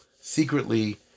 secretly